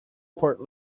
part